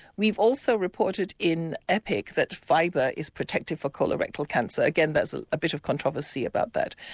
we've also reported in epic that fibre is protective for colorectal cancer, again there's a bit of controversy about that.